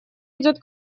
идет